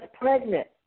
pregnant